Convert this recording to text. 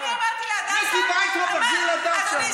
אדוני, אני אמרתי לפתוח מחלקה בשערי צדק?